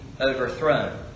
overthrown